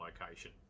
location